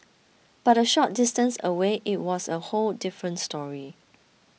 but a short distance away it was a whole different story